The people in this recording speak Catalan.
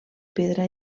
pedra